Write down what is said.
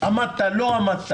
לבדוק אם עמדת או לא עמדת,